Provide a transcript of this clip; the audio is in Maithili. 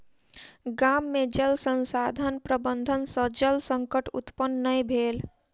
गाम में जल संसाधन प्रबंधन सॅ जल संकट उत्पन्न नै भेल